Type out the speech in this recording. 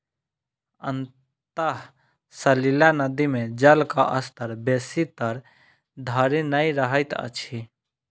अंतः सलीला नदी मे जलक स्तर बेसी तर धरि नै रहैत अछि